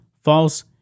false